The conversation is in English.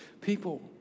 People